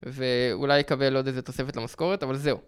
ואולי אקבל עוד איזו תוספת למשכורת, אבל זהו.